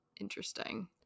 interesting